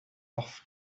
off